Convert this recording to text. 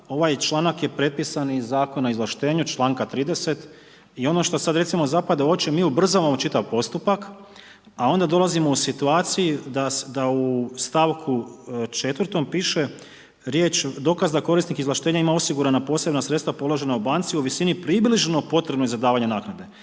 Ovaj članak je prepisan iz Zakona o izvlaštenju članka 30., i ono što sada recimo zapada u oči, mi ubrzavamo čitav postupak, a onda dolazimo u situaciji da u stavku 4., piše riječ dokaz da korisnik izvlaštenja ima osigurana posebna sredstva položena u banci u visini približno potrebnoj za davanje naknade,